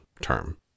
term